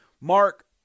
Mark